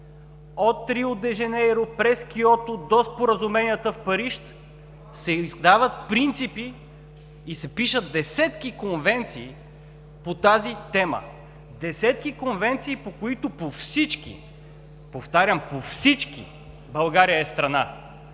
От Рио де Жанейро през Киото и до споразуменията в Париж се издават принципи и се пишат десетки конвенции по тази тема, десетки конвенции, по които, по всички, повтарям, по всички България е страна.